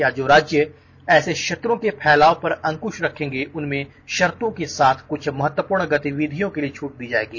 या जो राज्य ऐसे क्षेत्रों के फैलाव पर अंकुश रखेंगे उनमें शर्तों के साथ कुछ महत्पूर्ण गतिविधियों के लिए छूट दी जाएगी